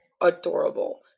Adorable